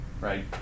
Right